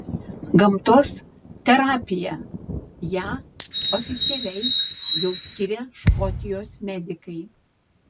gamtos terapija ją oficialiai jau skiria škotijos medikai